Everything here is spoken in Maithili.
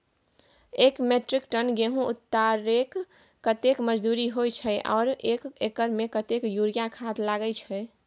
एक मेट्रिक टन गेहूं उतारेके कतेक मजदूरी होय छै आर एक एकर में कतेक यूरिया खाद लागे छै?